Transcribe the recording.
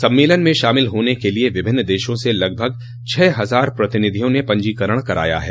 सम्मेलन में शामिल होने के लिये विभिन्न देशों से लगभग छह हजार प्रतिनिधियों ने पंजीकरण कराया है